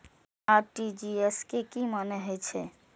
RTGS के की मानें हे छे?